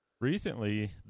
Recently